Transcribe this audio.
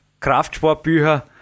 Kraftsportbücher